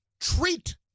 treat